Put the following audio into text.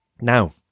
Now